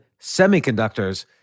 semiconductors